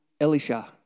Elisha